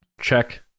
Check